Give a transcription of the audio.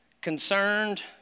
concerned